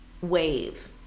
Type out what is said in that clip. wave